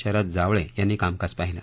शरद जावळखिंनी कामकाज पाहिलं